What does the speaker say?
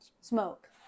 smoke